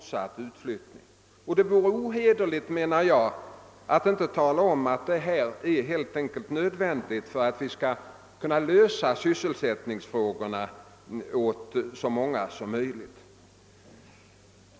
Därför menar jag att det vore ohederligt att inte tala om att detta helt enkelt är nödvändigt om det skall gå att lösa sysselsättningsfrågorna åt så många människor som möjligt.